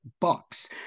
bucks